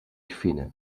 fina